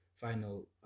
Final